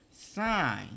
sign